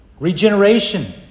regeneration